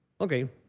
Okay